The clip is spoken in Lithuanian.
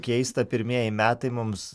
keista pirmieji metai mums